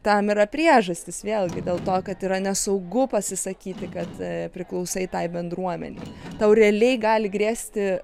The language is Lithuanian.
tam yra priežastys vėlgi dėl to kad yra nesaugu pasisakyti kad priklausai tai bendruomenei tau realiai gali grėsti